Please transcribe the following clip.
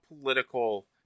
political